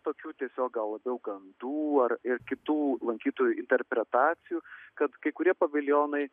tokių tiesiog gal labiau gandų ar ir kitų lankytojų interpretacijų kad kai kurie paviljonai